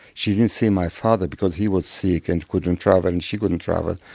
she didn't see my father because he was sick and couldn't travel, and she couldn't travel,